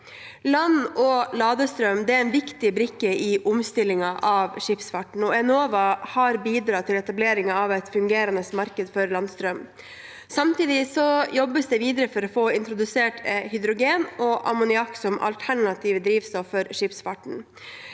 Land- og ladestrøm er en viktig brikke i omstillingen av skipsfarten, og Enova har bidratt til etableringen av et fungerende marked for landstrøm. Samtidig jobbes det videre for å få introdusert hydrogen og ammoniakk som alternative drivstoffer for skipsfarten.